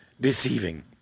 deceiving